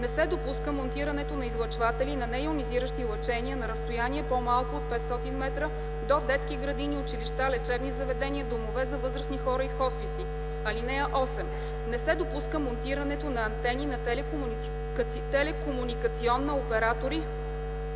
Не се допуска монтирането на излъчватели на нейонизиращи лъчения на разстояние по-малко от 500 метра до детски градини, училища, лечебни заведения, домове за възрастни хора и хосписи. (8) Не се допуска монтирането на антени на телекомуникационни оператори